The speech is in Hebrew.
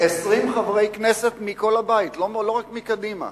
20 חברי כנסת מכל הבית, לא רק מקדימה,